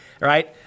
right